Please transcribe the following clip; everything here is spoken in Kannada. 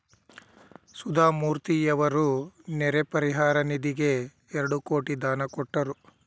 ಸುಧಾಮೂರ್ತಿಯವರು ನೆರೆ ಪರಿಹಾರ ನಿಧಿಗೆ ಎರಡು ಕೋಟಿ ದಾನ ಕೊಟ್ಟರು